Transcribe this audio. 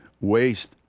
waste